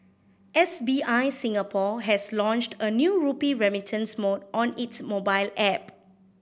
S B I Singapore has launched a new rupee remittance mode on its mobile app